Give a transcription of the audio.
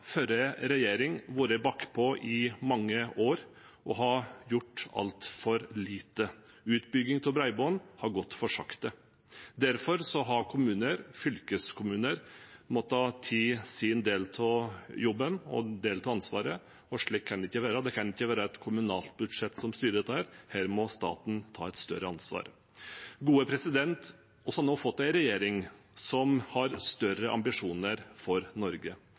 i mange år og gjort altfor lite. Utbygging av bredbånd har gått for sakte. Derfor har kommuner og fylkeskommuner måttet ta sin del av jobben og delt ansvaret, og slik kan det ikke være – det kan ikke være et kommunalt budsjett som styrer dette, her må staten ta et større ansvar. Vi har nå fått en regjering som har større ambisjoner for Norge.